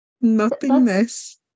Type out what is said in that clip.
nothingness